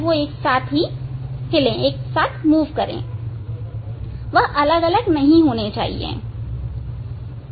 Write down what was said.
वह अलग अलग नहीं होंगे